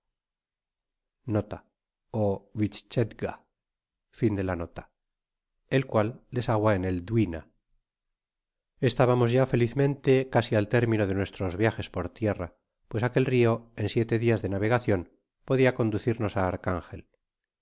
en el dwina estábamos ya felizmente casi al término do nuestro viajes por tierra pues aquel rio en siete dias de navegacion podia conducirnos á archangel